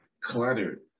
cluttered